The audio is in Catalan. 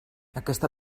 aquesta